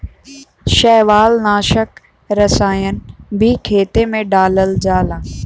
शैवालनाशक रसायन भी खेते में डालल जाला